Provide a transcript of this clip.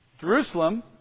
Jerusalem